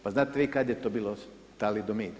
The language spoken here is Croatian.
Pa znate vi kad je to bilo talidomid?